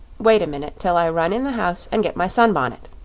wait a minute till i run in the house and get my sunbonnet.